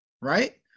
right